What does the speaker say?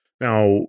Now